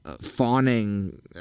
fawning